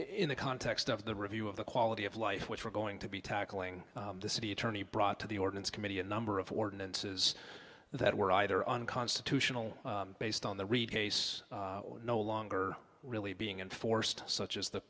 in the context of the review of the quality of life which we're going to be tackling the city attorney brought to the ordinance committee a number of ordinances that were either unconstitutional based on the read case no longer really being enforced such as the